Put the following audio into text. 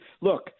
look